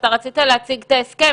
אתה רצית להציג את ההסכם,